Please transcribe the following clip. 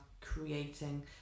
creating